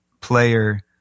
player